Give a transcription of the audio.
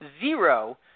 zero